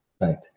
Right